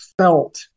felt